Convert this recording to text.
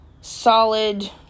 Solid